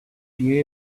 you